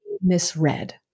misread